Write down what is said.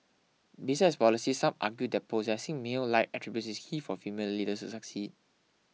besides policies some argue that possessing male like attributes is key for female leaders to succeed